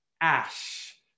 ash